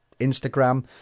Instagram